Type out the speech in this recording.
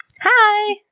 Hi